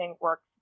works